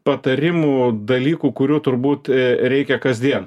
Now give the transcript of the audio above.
patarimų dalykų kurių turbūt reikia kasdien